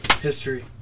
History